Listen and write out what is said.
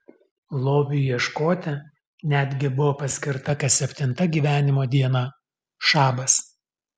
lobiui ieškoti netgi buvo paskirta kas septinta gyvenimo diena šabas